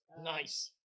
Nice